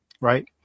right